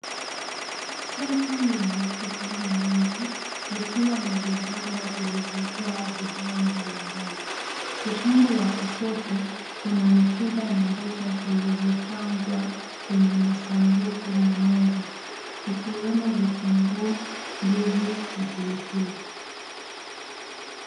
Soko lenye shughuli nyingi likiwa na vibanda vilivyojaa bidhaa mbalimbali. Upande wa kushoto kuna matunda na mboga zilizopangwa kwenye masanduku na meza ikiwemo vitunguu, ndizi na pilipili.